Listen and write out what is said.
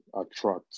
attract